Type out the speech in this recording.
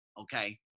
Okay